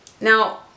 Now